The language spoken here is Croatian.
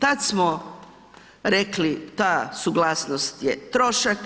Tad smo rekli ta suglasnost je trošak,